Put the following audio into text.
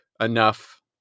enough